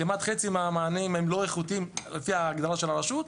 כמעט חצי מהמענים הם לא איכותיים לפי ההגדרה של הרשות.